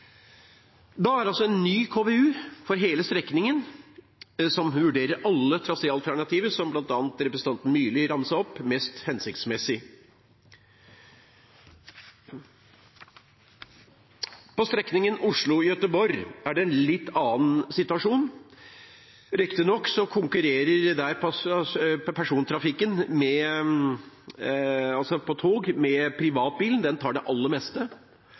Da er altså en ny KVU for hele strekningen som vurderer alle traséalternativer, som bl.a. representanten Myrli ramset opp, mest hensiktsmessig. På strekningen Oslo–Göteborg er det en litt annen situasjon. Riktignok konkurrerer persontrafikken på tog der med privatbilen – den tar det aller meste